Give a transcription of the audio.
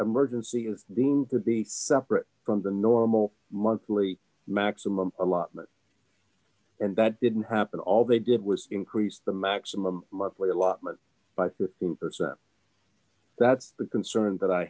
emergency is deemed to be separate from the normal monthly maximum allotment and that didn't happen all they did was increase the maximum monthly allotment by fifteen percent that's the concern that i